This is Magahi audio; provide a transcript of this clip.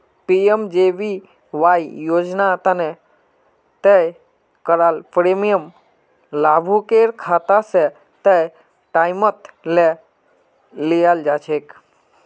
पी.एम.जे.बी.वाई योजना तने तय कराल प्रीमियम लाभुकेर खाता स तय टाइमत ले लियाल जाछेक